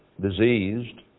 diseased